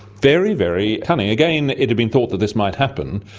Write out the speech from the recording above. very, very cunning. again, it had been thought that this might happen.